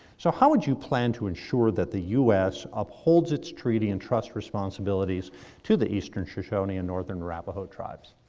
so how would you plan to ensure that the u s. upholds its treaty and trust responsibilities to the eastern shoshone and northern arapaho tribes?